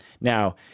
Now